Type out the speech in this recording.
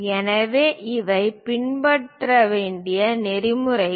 எனவே இவை பின்பற்ற வேண்டிய நெறிமுறைகள்